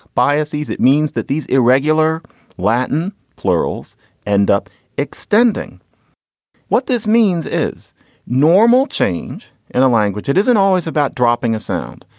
biases. it means that these irregular latin plurals end up extending what this means is normal change in a language. it isn't always about dropping a sound.